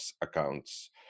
accounts